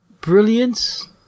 Brilliance